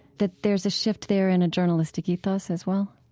that there's a shift there in a journalistic ethos as well?